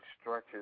stretches